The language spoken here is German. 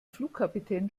flugkapitän